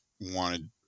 wanted